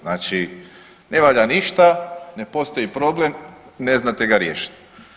Znači ne valja ništa, ne postoji problem, ne znate ga riješiti.